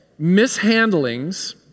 mishandlings